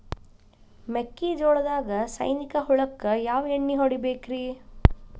ಮೆಕ್ಕಿಜೋಳದಾಗ ಸೈನಿಕ ಹುಳಕ್ಕ ಯಾವ ಎಣ್ಣಿ ಹೊಡಿಬೇಕ್ರೇ?